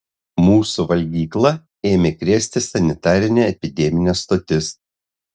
mūsų valgyklą ėmė krėsti sanitarinė epideminė stotis